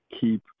keep